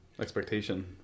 expectation